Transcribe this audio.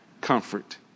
comfort